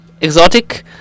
exotic